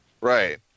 Right